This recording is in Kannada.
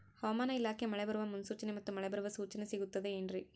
ಹವಮಾನ ಇಲಾಖೆ ಮಳೆ ಬರುವ ಮುನ್ಸೂಚನೆ ಮತ್ತು ಮಳೆ ಬರುವ ಸೂಚನೆ ಸಿಗುತ್ತದೆ ಏನ್ರಿ?